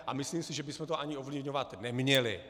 A myslím si, že bychom to ani ovlivňovat neměli.